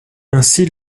ainsi